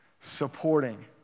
supporting